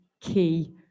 key